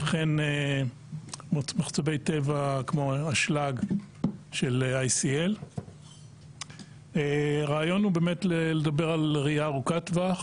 וכן מחצבי טבע כמו אשלג של ICL. הרעיון הוא לדבר על ראייה ארוכת טווח